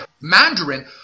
Mandarin